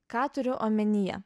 ką turiu omenyje